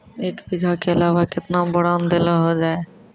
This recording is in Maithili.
एक बीघा के अलावा केतना बोरान देलो हो जाए?